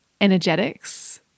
energetics